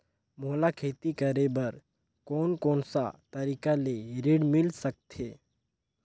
मोला खेती करे बर कोन कोन सा तरीका ले ऋण मिल सकथे?